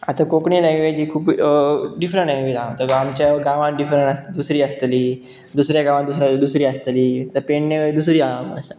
आतां कोंकणी लँंग्वेज ही खूब डिफरंट लँंग्वेज आसा आमच्या गांवान डिफरंट आसता दुसरी आसतली दुसऱ्या गांवान दुसरी आसतली आतां पेडण्या दुसरी आसा आसा